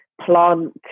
plant